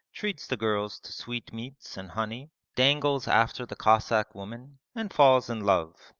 treats the girls to sweet-meats and honey, dangles after the cossack women, and falls in love,